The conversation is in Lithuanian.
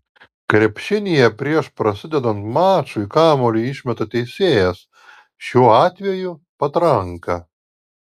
krepšinyje prieš prasidedant mačui kamuolį išmeta teisėjas šiuo atveju patranka